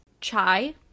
chai